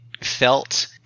felt